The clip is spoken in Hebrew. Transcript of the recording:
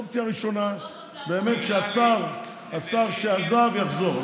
אופציה ראשונה, באמת שהשר שעזב יחזור.